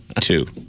two